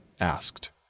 asked